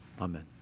Amen